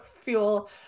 fuel